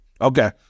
okay